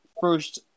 first